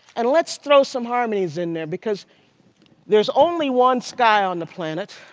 and let's throw some harmonies in there. because there is only one style in the planet.